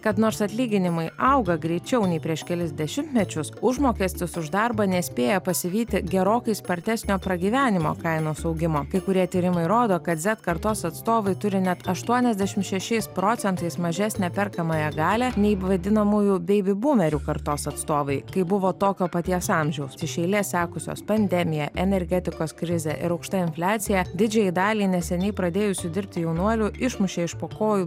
kad nors atlyginimai auga greičiau nei prieš kelis dešimtmečius užmokestis už darbą nespėja pasivyti gerokai spartesnio pragyvenimo kainos augimo kai kurie tyrimai rodo kad kartos atstovai turi net aštuoniasdešimt šešiais procentais mažesnę perkamąją galią nei vadinamųjų beibi bumerių kartos atstovai kai buvo tokio paties amžiaus iš eilės sekusios pandemija energetikos krizė ir aukšta infliacija didžiajai daliai neseniai pradėjusių dirbti jaunuolių išmušė iš po kojų